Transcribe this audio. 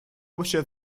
общая